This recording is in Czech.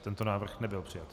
Tento návrh nebyl přijat.